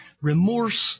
Remorse